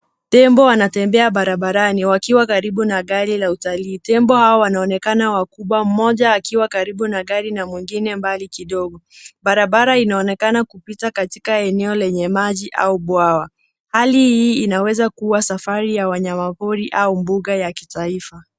Tembo wanatembea barabarani wakiwa karibu na gari la utalii. Tembo hawa wanaonekana wakubwa, mmoja akiwa karibu na gari na mwingine mbali kidogo. Barabara inaonekana kupita katika eneo lenye maji au bwawa. Hali hii inaweza kuwa safari ya wanyama wa pori au mbuga ya kitaifa.